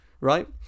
right